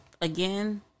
again